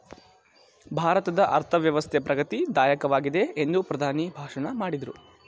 ಭಾರತದ ಅರ್ಥವ್ಯವಸ್ಥೆ ಪ್ರಗತಿ ದಾಯಕವಾಗಿದೆ ಎಂದು ಪ್ರಧಾನಿ ಭಾಷಣ ಮಾಡಿದ್ರು